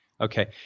Okay